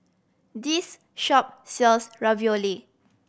this shop sells Ravioli